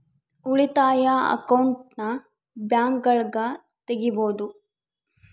ಉಳಿತಾಯ ಅಕೌಂಟನ್ನ ಬ್ಯಾಂಕ್ಗಳಗ ತೆಗಿಬೊದು